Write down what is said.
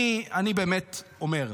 אני באמת אומר,